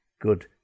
good